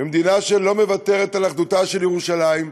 ומדינה שלא מוותרת על אחדותה של ירושלים,